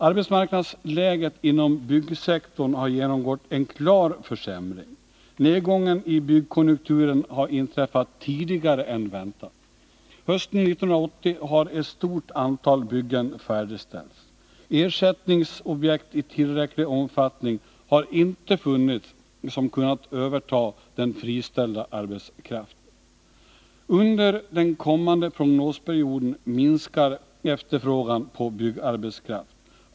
Arbetsmarknadsläget inom byggsektorn har genomgått en klar försämring. Nedgången i byggkonjunkturen har inträffat tidigare än väntat. Hösten 1980 har ett stort antal byggen färdigställts. Ersättningsobjekt i tillräcklig omfattning har inte funnits som kunnat överta den friställda arbetskraften. Under den kommande prognosperioden minskar efterfrågan på byggarbetskraft.